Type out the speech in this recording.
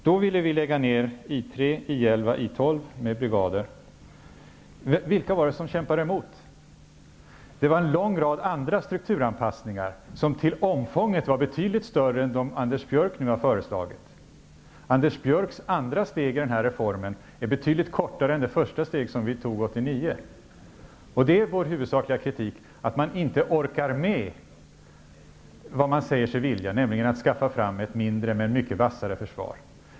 Då ville vi lägga ned I 3, I 11 och I 12, med brigader. Vilka var det som kämpade emot? Det var en lång rad andra strukturanpassningar som till omfånget var betydligt större än dem som Anders Björck nu har föreslagit. Anders Björcks andra steg i denna reform är betydligt kortare än det första steg som vi tog 1989. Det är vår huvudsakliga kritik, att man inte orkar med vad man säger sig vilja, nämligen att skaffa fram ett mindre men mycket vassare försvar.